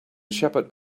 shepherd